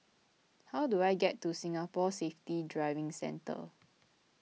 how do I get to Singapore Safety Driving Centre